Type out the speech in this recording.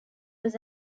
was